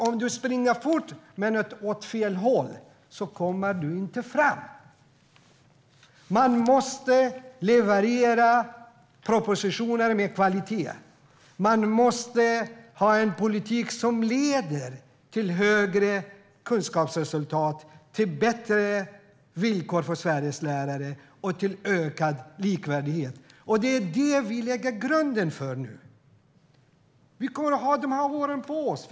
Om du springer fort men åt fel kommer du inte fram. Man måste leverera propositioner med kvalitet. Man måste ha en politik som leder till bättre kunskapsresultat, till bättre villkor för Sveriges lärare och till ökad likvärdighet. Det är det som vi lägger grunden till nu. Vi kommer att ha dessa år på oss.